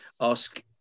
ask